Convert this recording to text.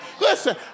Listen